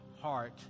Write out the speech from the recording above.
heart